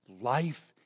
Life